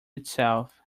itself